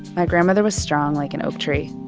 my grandmother was strong like an oak tree.